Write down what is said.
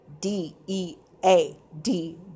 D-E-A-D